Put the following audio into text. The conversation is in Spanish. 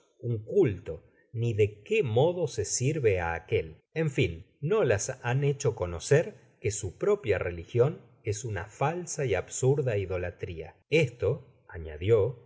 un culto ni de qué modo se sirve á aquel en fin no las han hecho conoeer que su propia religion es una falsa y absurda idolatria esto añadió